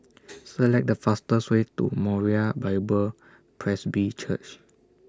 Select The fastest Way to Moriah Bible Presby Church